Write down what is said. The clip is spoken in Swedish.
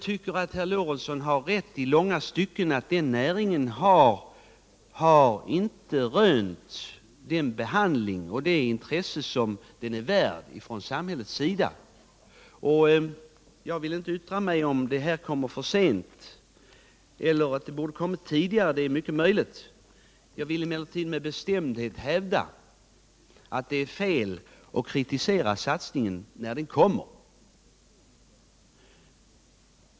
Herr Lorentzon har rätt i att denna näring inte har rönt den behandling och det intresse från samhällets sida som den är värd. Jag vill inte yttra mig om denna satsning kommer för sent eller om den — vilket är mycket möjligt - borde ha kommit tidigare. Jag vill emellertid med bestämdhet hävda att det är fel att kritisera satsningen när den kommer.